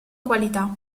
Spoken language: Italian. qualità